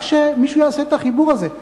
רק שמישהו יעשה את החיבור הזה.